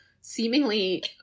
seemingly